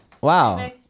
Wow